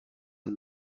and